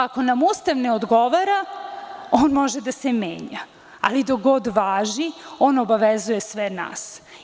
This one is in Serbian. Ako nam Ustav ne odgovara, on može da se menja, ali dok god važi, on obavezuje sve nas.